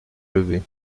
levée